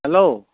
hello